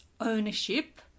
ownership